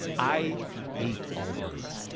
i hate allbirds.